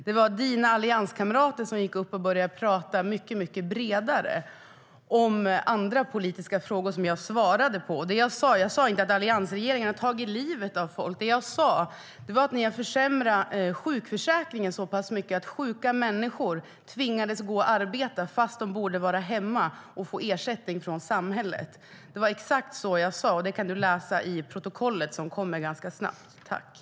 Det var dina allianskamrater som gick upp och började tala mycket bredare om andra politiska frågor som jag svarade på.